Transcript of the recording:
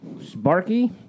Sparky